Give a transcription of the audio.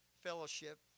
fellowship